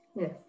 Yes